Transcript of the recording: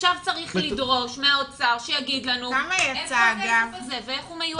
עכשיו צריך לדרוש מהאוצר שיגיד לנו איפה הכסף הזה ואיך הוא מיועד.